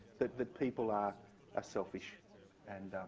that that people are ah selfish and